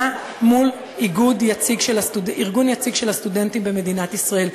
מול ארגון יציג של הסטודנטים במדינת ישראל.